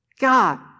God